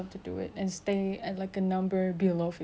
below fifty K_G is what I always go for